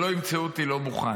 שלא ימצאו אותי לא מוכן.